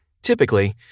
Typically